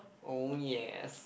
oh yes